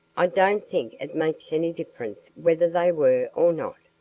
i don't think it makes any difference whether they were or not,